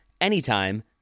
anytime